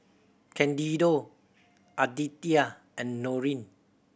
Candido Aditya and Norene